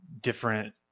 different